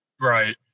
Right